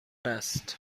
است